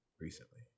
recently